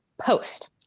Post